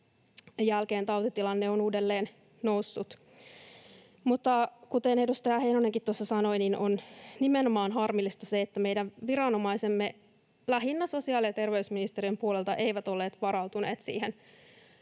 jälkeen tautitilanne on uudelleen noussut, mutta kuten edustaja Heinonenkin tuossa sanoi, niin harmillista on nimenomaan se, että meidän viranomaisemme lähinnä sosiaali‑ ja terveysministeriön puolelta eivät olleet varautuneet siihen